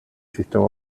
sistema